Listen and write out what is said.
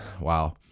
Wow